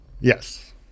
Yes